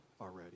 already